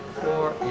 four